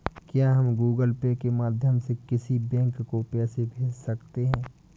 क्या हम Google Pay के माध्यम से किसी बैंक को पैसे भेज सकते हैं?